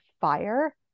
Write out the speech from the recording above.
fire